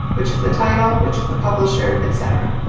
which is the title, which is the publisher, et cetera.